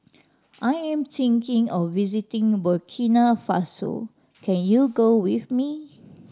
I am thinking of visiting Burkina Faso can you go with me